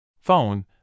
Phone